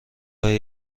های